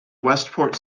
westport